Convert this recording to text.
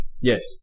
Yes